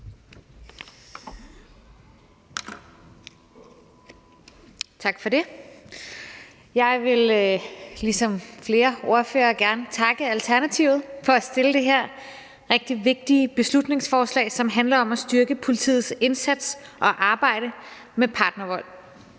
Tak for det. Jeg vil ligesom flere ordførere gerne takke Alternativet for at fremsætte det her rigtig vigtige beslutningsforslag, som handler om at styrke politiets indsats og arbejde i forhold